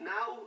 Now